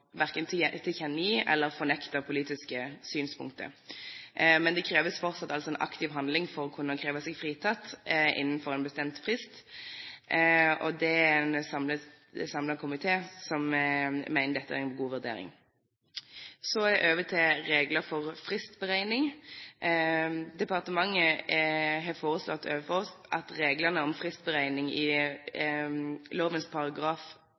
verken tilkjennegi eller fornekte politiske synspunkter. Men det kreves fortsatt en aktiv handling for å kunne kreve seg fritatt innenfor en bestemt frist, og det er en samlet komité som mener dette er en god vurdering. Så over til regler for fristberegning: Departementet har foreslått overfor oss at reglene om fristberegning i lovens